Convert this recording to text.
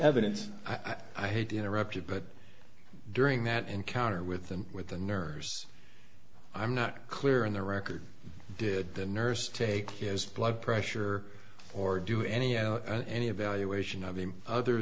evidence i hate to interrupt you but during that encounter with them with the nurse i'm not clear on the record did the nurse take his blood pressure or do any any evaluation of him other